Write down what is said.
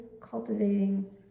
cultivating